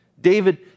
David